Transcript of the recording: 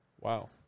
Wow